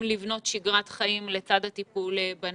לבנות שגרת חיים לצד הטיפול בנגיף.